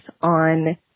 on